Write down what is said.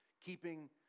keeping